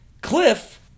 Cliff